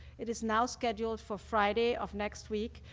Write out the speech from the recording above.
it is now scheduled for friday of next week,